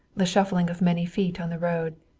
the shuffling of many feet on the road.